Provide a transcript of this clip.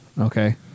Okay